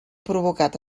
provocat